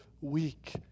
week